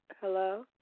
hello